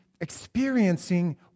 experiencing